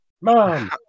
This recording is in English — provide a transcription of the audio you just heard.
Mom